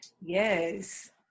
yes